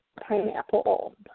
Pineapple